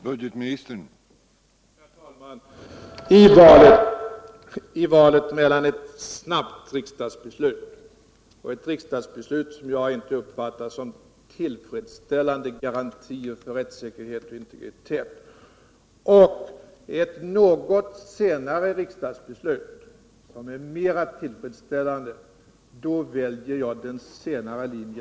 Herr talman! I valet mellan ett snabbt riksdagsbeslut, ett riksdagsbeslut, som jag inte anser innebär tillfredsställande garantier för rättssäkerhet och integritet och ett något senare riksdagsbeslut, som är mera tillfredsställande, väljer jag det senare.